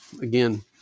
again